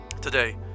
today